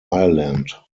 ireland